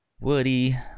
Woody